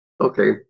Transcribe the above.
okay